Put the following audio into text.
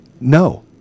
No